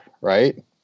right